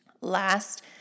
Last